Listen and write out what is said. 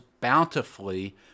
bountifully